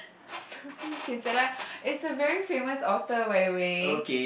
Sophie-Kinsella is a very famous author by the way